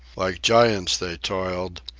like giants they toiled,